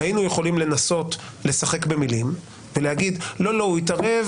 היינו יכולים לנסות לשחק במילים ולהגיד: הוא התערב